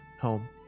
Home